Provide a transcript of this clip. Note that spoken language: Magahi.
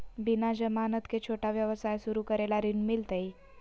बिना जमानत के, छोटा व्यवसाय शुरू करे ला ऋण मिलतई?